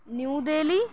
new Delhi